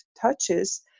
touches